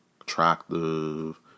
attractive